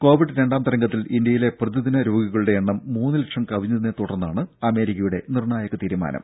Covid രണ്ടാം തരംഗത്തിൽ ഇന്ത്യയിലെ പ്രതിദിന രോഗികളുടെ എണ്ണം മൂന്ന്ലക്ഷം കവിഞ്ഞതിനെത്തുടർന്നാണ് അമേരിക്കയുടെ നിർണായക തീരുമാനം